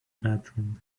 bedroom